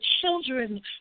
children